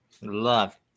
Love